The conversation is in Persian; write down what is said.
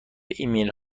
ایمیل